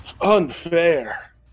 Unfair